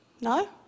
No